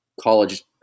college